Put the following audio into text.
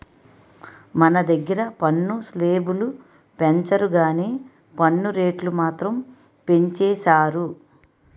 మన దగ్గిర పన్ను స్లేబులు పెంచరు గానీ పన్ను రేట్లు మాత్రం పెంచేసారు